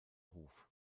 hof